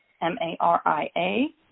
M-A-R-I-A